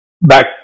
back